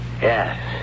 Yes